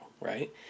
Right